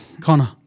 Connor